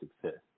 success